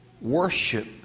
worship